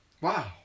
Wow